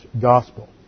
gospel